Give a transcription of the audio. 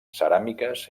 ceràmiques